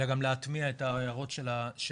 אלא גם להטמיע את ההערות של הוועדה,